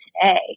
today